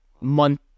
month